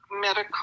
medical